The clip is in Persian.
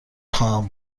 خواهم